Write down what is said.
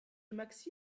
maxi